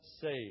saved